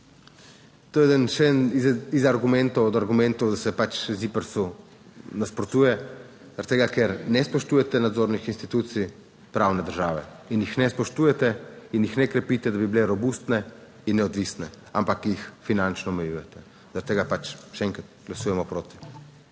to je še eden izmed argumentov, da se pač ZIPRS nasprotuje, zaradi tega, ker ne spoštujete nadzornih institucij pravne države. Jih ne spoštujete in jih ne krepite, da bi bile robustne in neodvisne, ampak jih finančno omejujete. Zaradi tega še enkrat glasujemo proti.